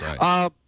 Right